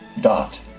dot